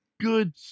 good